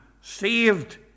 saved